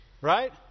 Right